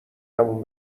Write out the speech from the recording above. تموم